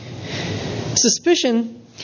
Suspicion